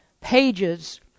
pages